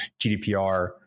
GDPR